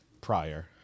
prior